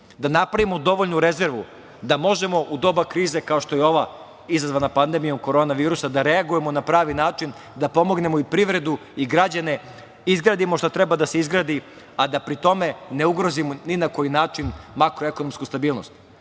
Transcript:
da napravimo dovoljnu rezervu da možemo u doba krize, kao što je ova izazvana pandemijom koronavirusa, da reagujemo na pravi način, da pomognemo i privredu i građane, izgradimo šta treba da se izgradi, a da pri tome ne ugrozimo ni na koji način makroekonomsku stabilnost. Ja